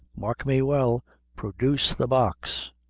mark me well produce the box!